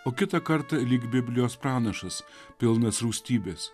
o kitą kartą lyg biblijos pranašas pilnas rūstybės